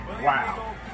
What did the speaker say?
Wow